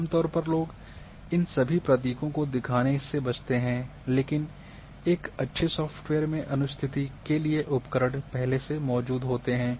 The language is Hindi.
आमतौर पर लोग इन सभी प्रतीकों को दिखाने से बचते हैं लेकिन एक अच्छे सॉफ्टवेयर में अनुस्थिति के लिए उपकरण पहले से मौजूद होते हैं